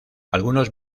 algunos